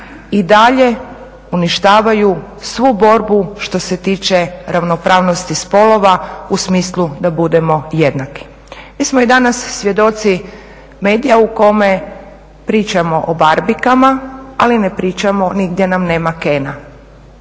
i dalje uništavaju svu borbu što se tiče ravnopravnosti spolova u smislu da budemo jednaki. Mi smo i danas svjedoci medija u kome pričamo o barbikama, ali ne pričamo, nigdje nam nema Kena.